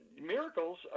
miracles